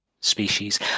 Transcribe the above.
species